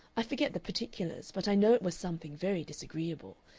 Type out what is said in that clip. i forget the particulars, but i know it was something very disagreeable.